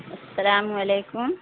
السلام علیکم